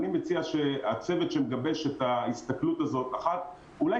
אני מציע שהצוות שמגבש את ההסתכלות הזאת אולי